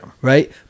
Right